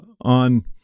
on